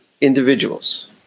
individuals